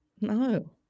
No